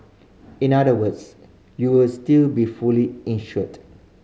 in other words you will still be fully insured